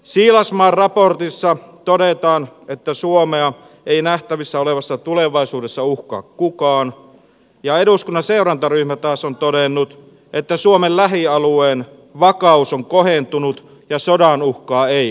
siilasmaan raportissa todetaan että suomea ei nähtävissä olevassa tulevaisuudessa uhkaa kukaan ja eduskunnan seurantaryhmä taas on todennut että suomen lähialueen vakaus on kohentunut ja sodan uhkaa ei ole